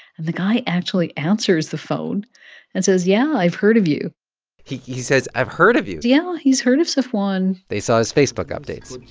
and the guy actually answers the phone and says, yeah, i've heard of you he he says, i've heard of you? yeah, he's heard of safwan they saw his facebook updates